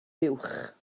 buwch